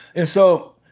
and so,